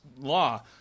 law